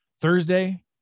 Thursday